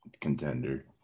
contender